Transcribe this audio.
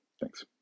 Thanks